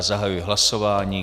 Zahajuji hlasování.